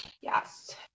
yes